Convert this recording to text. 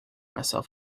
myself